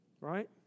Right